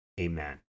Amen